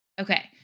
Okay